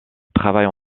travaille